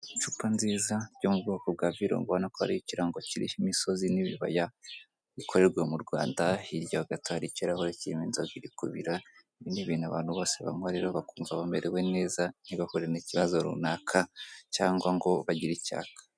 Icupa ryiza ryo mu bwoko bwa Virunga ubonako ririho ikirango cy'imisozi n'ibibaya, rikorerwa mu Rwanda hirya ho gato hari ikirahure inzoga iri kubira ibi ni ibintu abantu bose banywa bakumva bamerewe neza nibahure n'ikibazo runaka cyangwa ngo bagire icyaka.